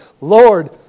Lord